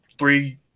three